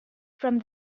from